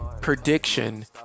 prediction